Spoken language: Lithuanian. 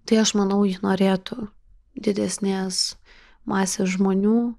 tai aš manau ji norėtų didesnės masės žmonių